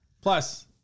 Plus